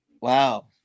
Wow